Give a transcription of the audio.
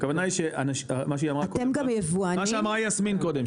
הכוונה היא מה שאמרה יסמין קודם.